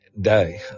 day